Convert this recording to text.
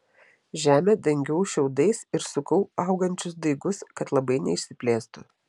žemę dengiau šiaudais ir sukau augančius daigus kad labai neišsiplėstų